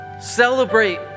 Celebrate